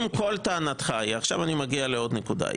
אני מגיע לעוד נקודה.